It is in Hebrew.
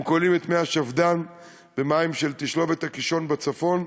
הם כוללים את מי השפד"ן ומים של תשלובת הקישון בצפון,